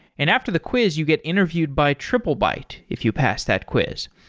and after the quiz you get interviewed by triplebyte if you pass that quiz.